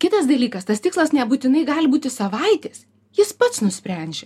kitas dalykas tas tikslas nebūtinai gali būti savaitės jis pats nusprendžia